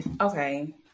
Okay